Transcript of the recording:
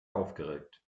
aufgeregt